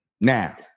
Now